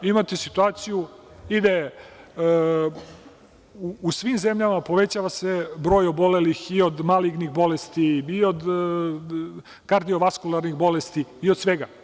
Vi imate situaciju i da u svim zemljama se povećava broj obolelih i od malignih bolesti i od kardiovaskularnih bolesti i od svega.